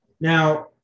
Now